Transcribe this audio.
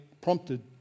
Prompted